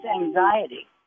anxiety